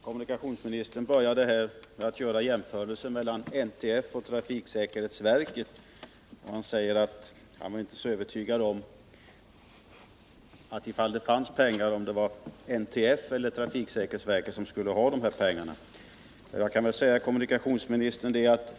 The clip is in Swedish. Herr talman! Kommunikationsministern gjorde i början jämförelser mellan NTF och trafiksäkerhetsverket. Om det fanns pengar var han inte så övertygad om huruvida det var NTF eller trafiksäkerhetsverket som skulle ha dem.